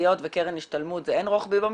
נסיעות וקרן השתלמות זה אין רוחבי במשרד?